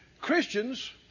Christians